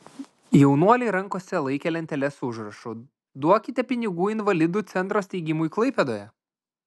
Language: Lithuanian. jaunuoliai rankose laikė lenteles su užrašu duokite pinigų invalidų centro steigimui klaipėdoje